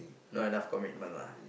not enough commitment lah